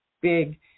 big